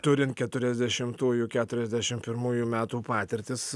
turint keturiasdešimųjų keturiasdešim pirmųjų metų patirtis